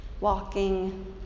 walking